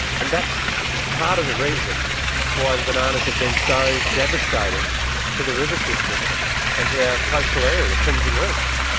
and that's part of the reason why the bananas have been so devastating to the river systems and to our coastal area, the fringing reefs,